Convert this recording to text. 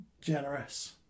generous